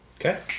Okay